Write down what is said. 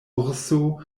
urso